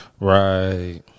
Right